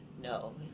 No